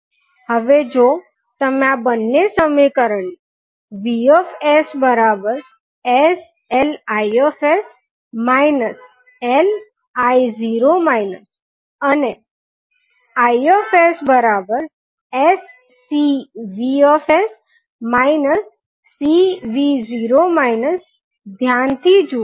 હવે જો તમે આ બંને સમીકરણને VssLIs Li0 અને IssCVs Cv0 ધ્યાનથી જુઓ